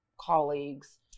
colleagues